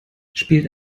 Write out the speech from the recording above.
spielt